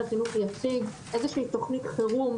החינוך יציג איזו שהיא תוכנית חירום,